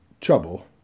trouble